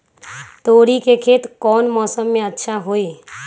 तोड़ी के खेती कौन मौसम में अच्छा होई?